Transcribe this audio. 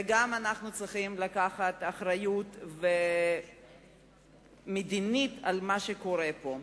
וגם אנחנו צריכים לקחת אחריות מדינית למה שקורה פה.